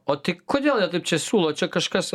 o tai kodėl jie taip čia siūlo čia kažkas